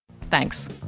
Thanks